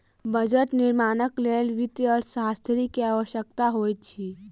budget निर्माणक लेल वित्तीय अर्थशास्त्री के आवश्यकता होइत अछि